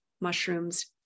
mushrooms